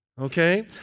Okay